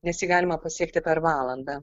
nes jį galima pasiekti per valandą